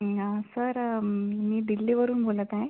यां सर मी दिल्लीवरून बोलत आहे